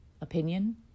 opinion